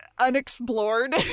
unexplored